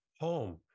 home